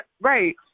Right